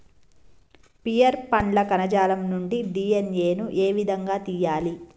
Pear పండ్ల కణజాలం నుండి డి.ఎన్.ఎ ను ఏ విధంగా తియ్యాలి?